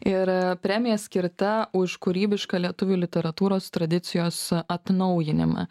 ir premija skirta už kūrybišką lietuvių literatūros tradicijos atnaujinimą